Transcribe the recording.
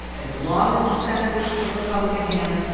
as long as the senate is in republican hands,